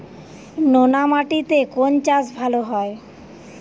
নোনা মাটিতে কোন চাষ ভালো হয়?